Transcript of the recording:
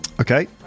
Okay